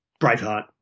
Braveheart